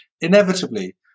Inevitably